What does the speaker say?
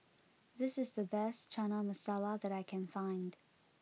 this is the best Chana Masala that I can find